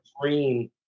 green